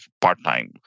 part-time